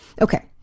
Okay